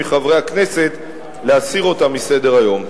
מחברי הכנסת להסיר אותה מסדר-היום.